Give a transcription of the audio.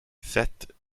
sept